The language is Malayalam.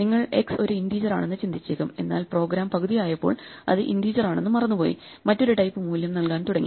നിങ്ങൾ എക്സ് ഒരു ഇന്റീജർ ആണെന്നു ചിന്തിച്ചേക്കും എന്നാൽ പ്രോഗ്രാം പകുതി ആയപ്പോൾ അത് ഇന്റീജർ ആണെന്നു മറന്നു പോയി മറ്റൊരു ടൈപ്പ് മൂല്യം നൽകാൻ തുടങ്ങി